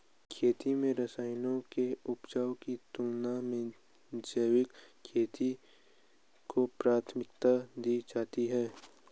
खेती में रसायनों के उपयोग की तुलना में जैविक खेती को प्राथमिकता दी जाती है